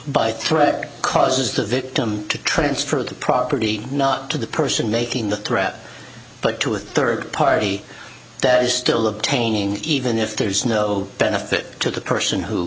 by threat causes the victim to transfer the property not to the person making the threat but to a third party that is still of taining even if there's no benefit to the person who